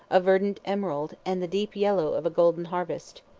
a verdant emerald, and the deep yellow of a golden harvest.